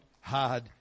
hard